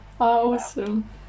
awesome